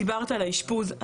את דיברת על האשפוז.